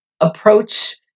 approach